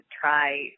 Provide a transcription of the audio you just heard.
try